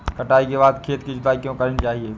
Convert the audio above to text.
कटाई के बाद खेत की जुताई क्यो करनी चाहिए?